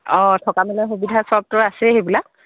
অঁ থকা মেলাৰ সুবিধা সবটো আছেই সেইবিলাক